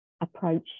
approach